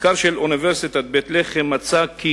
במחקר של אוניברסיטת בית-לחם נמצא כי